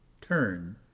turn